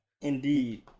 indeed